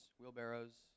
wheelbarrows